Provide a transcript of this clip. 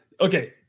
Okay